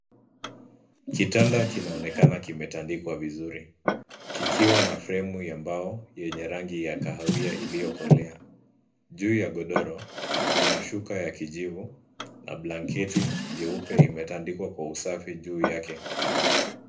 Kitanda kinaonekana kimetandikwa vizuri kikiwa na fremu ya mbao yenye rangi ya kahawia iliyokolea juu ya godoro kuna shuka ya kijivu na blanketi jeupe imetandikwa kwa usafi juu yake.